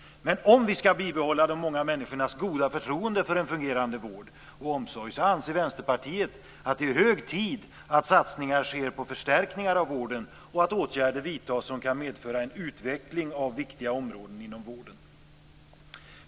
Men om vi ska bibehålla de många människornas goda förtroende för en fungerande vård och omsorg anser Vänsterpartiet att det är hög tid att satsningar sker på förstärkningar av vården och att åtgärder vidtas som kan medföra en utveckling av viktiga områden inom vården.